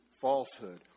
falsehood